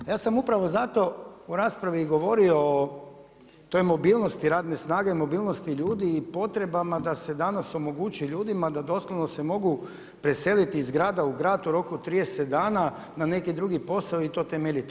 Ja sam upravo zato u raspravi govorio o toj mobilnosti radne snage, mobilnosti ljudi i potrebama da se danas omogući ljudima da doslovno se mogu preseliti u grad u grad u roku od 30 dana na neki drugi posao i to temeljito.